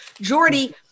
Jordy